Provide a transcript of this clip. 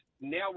now